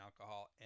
alcohol